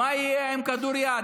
מה יהיה עם כדוריד,